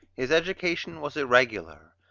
his education was irregular,